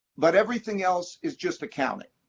but everything else is just accounting.